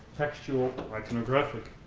textual, iconographic.